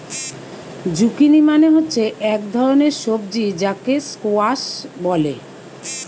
zucchini মানে হচ্ছে এক ধরণের সবজি যাকে স্কোয়াস বলে